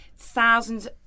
thousands